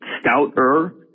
stouter